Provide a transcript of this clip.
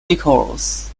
nicholls